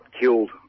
killed